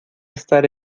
estar